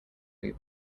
blue